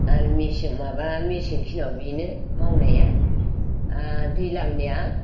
आरो मेसें माबा मेसें खिनियाव बेनो मावनाया आरो दैज्लांनिया